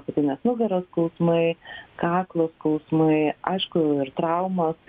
apatinės nugaros skausmai kaklo skausmai aišku ir traumos